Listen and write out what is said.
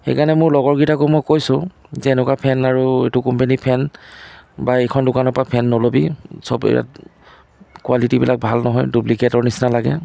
সেইকাৰণে মোৰ লগৰকিটাকো মই কৈছোঁ যে এনেকুৱা ফেন আৰু এইটো কোম্পানীৰ ফেন বা এইখন দোকানৰ পৰা ফেন নল'বি চব ইয়াত কোৱালিটিবিলাক ভাল নহয় ডুপ্লিকেটৰ নিচিনা লাগে